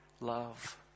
love